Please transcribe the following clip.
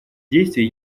действий